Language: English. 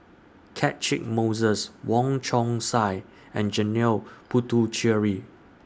Catchick Moses Wong Chong Sai and Janil Puthucheary